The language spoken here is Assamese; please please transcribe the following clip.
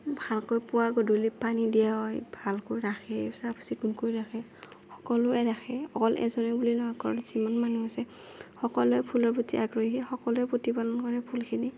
ভালকৈ পুৱা গধূলি পানী দিয়া হয় ভালকৈ ৰাখে চাফ চিকুণকৈ ৰাখে সকলোৱে ৰাখে অকল এজনে বুলিয়ে নহয় ঘৰত যিমান মানুহ আছে সকলোৱে ফুলৰ প্ৰতি আগ্ৰহী সকলোৱে প্ৰতিপালন কৰে ফুলখিনি